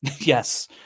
yes